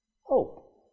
Hope